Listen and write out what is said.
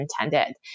intended